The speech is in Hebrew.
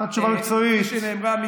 וכפי שהיא נאמרה,